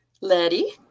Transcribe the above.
Letty